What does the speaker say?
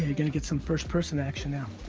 yeah gonna get some first-person action now.